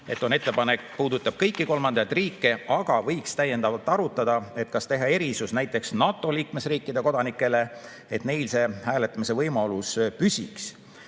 möönis –, mis puudutab kõiki kolmandaid riike, aga võiks täiendavalt arutada, kas teha erisus näiteks NATO liikmesriikide kodanikele, nii et neil hääletamisvõimalus püsiks.